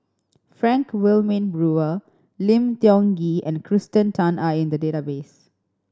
Frank Wilmin Brewer Lim Tiong Ghee and Kirsten Tan are in the database